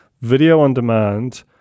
Video-on-demand